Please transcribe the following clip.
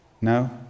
No